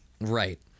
Right